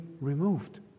removed